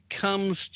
comes